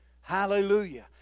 Hallelujah